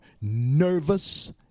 nervous